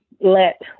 let